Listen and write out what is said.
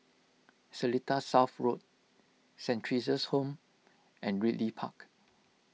Seletar South Road Saint theresa's Home and Ridley Park